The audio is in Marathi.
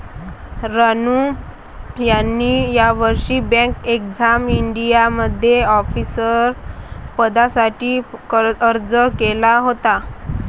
रानू यांनी यावर्षी बँक एक्झाम इंडियामध्ये ऑफिसर पदासाठी अर्ज केला होता